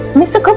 mr.